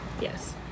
Yes